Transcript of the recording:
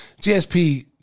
GSP